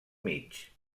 mig